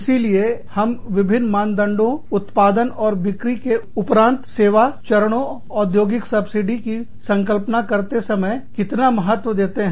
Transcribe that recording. इसीलिए हम विभिन्न मानदंडों उत्पादन और बिक्री के उपरांत सेवा चरणों औद्योगिक सब्सिडी को संकल्पना करते समय कितना महत्व देते हैं